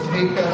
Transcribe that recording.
Take